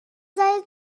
بذارین